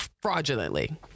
fraudulently